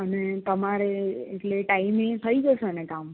અને તમારે એટલે ટાઈમે થઈ જશે ને કામ